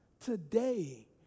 Today